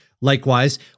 Likewise